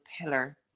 pillar